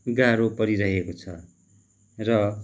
गाह्रो परिरहेको छ र